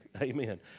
amen